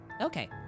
Okay